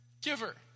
giver